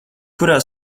kurā